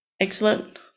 Excellent